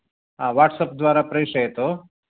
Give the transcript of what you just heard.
हा वट्सप् द्वारा प्रेषयतु